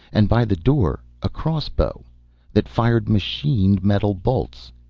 and by the door a crossbow that fired machined metal bolts,